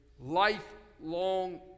lifelong